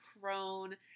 crone